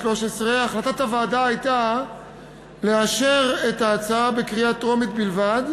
2013. החלטת הוועדה הייתה לאשר את ההצעה בקריאה טרומית בלבד,